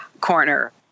corner